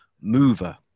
Mover